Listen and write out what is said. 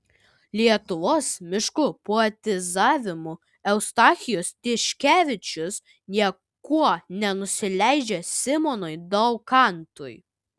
lietuvos miškų poetizavimu eustachijus tiškevičius niekuo nenusileidžia simonui daukantui